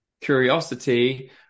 curiosity